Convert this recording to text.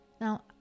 Now